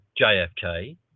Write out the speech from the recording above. JFK